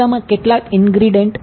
માં કેટલાક ઇન્ટિગ્રેંડ માટે